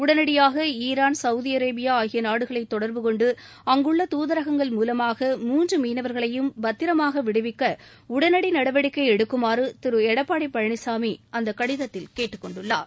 உடனடியாக Iran Saudi Arabia ஆகிய நாடுகளை தொடர்பு கொண்டு அங்குள்ள தூதரகங்கள் மூலமாக மூன்று மீனவர்களையும் பத்திரமாக விடுவிக்க உடனடி நடவடிக்கை எடுக்குமாறு திரு எடப்பாடி பழனிசாமி அந்த கடிதத்தில் கேட்டுக் கொண்டுள்ளார்